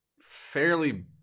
fairly